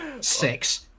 Six